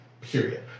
period